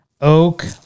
oak